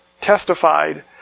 testified